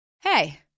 Hey